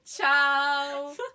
Ciao